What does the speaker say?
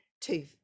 two